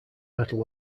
metal